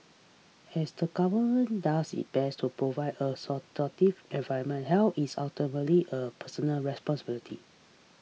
as the government does its best to provide a supportive environment health is ultimately a personal responsibility